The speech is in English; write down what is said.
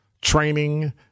training